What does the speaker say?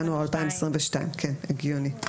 ינואר 2022, כן, הגיוני.